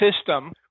system